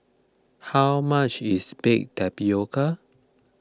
how much is Baked Tapioca